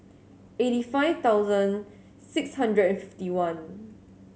eighty five thousand six hundred and fifty one